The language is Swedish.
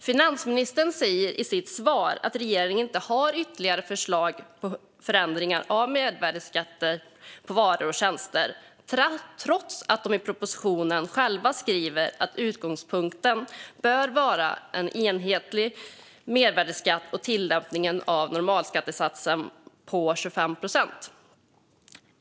Finansministern säger i sitt svar att regeringen inte har ytterligare förslag om förändringar av mervärdesskatter på varor och tjänster, trots att de i propositionen själva skriver att utgångspunkten bör vara en enhetlig mervärdesskatt och tillämpning av normalskattesatsen på 25 procent.